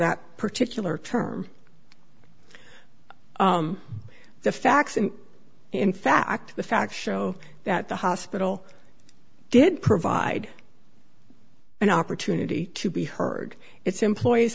that particular term the facts and in fact the facts show that the hospital did provide an opportunity to be heard its employees